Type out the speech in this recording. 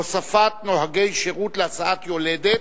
הוספת נותני שירות להסעת יולדת),